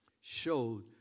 showed